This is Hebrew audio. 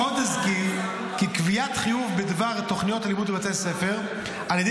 עוד אזכיר כי קביעת חיוב בדבר תוכניות הלימוד לבתי ספר על ידי